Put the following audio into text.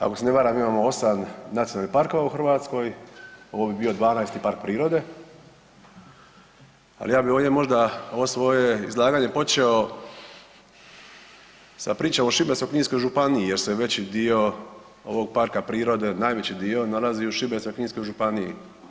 Ako se ne varam, imamo 8 nacionalnih parkova u Hrvatskoj, ovo bi bio 12. park prirode, ali ja bi ovdje možda ovo svoje izlaganje počeo sa pričom o Šibensko-kninskoj županiji jer se veći dio ovog parka prirode, najveći dio, nalazi u Šibensko-kninskoj županiji.